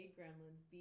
Gremlins